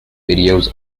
videos